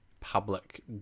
public